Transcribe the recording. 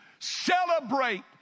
celebrate